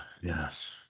yes